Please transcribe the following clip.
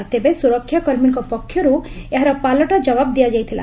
ଡେବେ ସୁରକ୍ଷାକର୍ମୀଙ୍କ ପକ୍ଷରୁ ଏହାର ପାଲଟା ଜବାବ୍ ଦିଆଯାଇଥିଲା